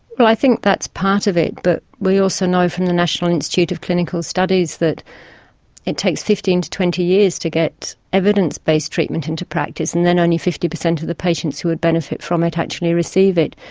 well i think that's part of it but we also know from the national institute of clinical studies that it takes fifteen to twenty years to get evidence based treatment into practice and then only fifty per cent of the patients who will benefit from it actually receive it.